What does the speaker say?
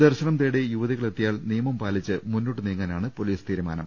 ദർശനം തേടി യുവതികൾ എത്തിയാൽ നിയമം പാലിച്ച് മുന്നോട്ട് നീങ്ങാനാണ് പൊലീസ് തീരുമാനം